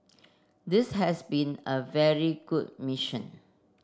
this has been a very good mission